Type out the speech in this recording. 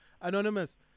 Anonymous